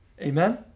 Amen